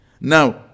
Now